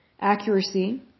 accuracy